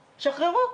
שחררו.